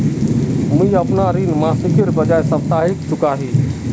मुईअपना ऋण मासिकेर बजाय साप्ताहिक चुका ही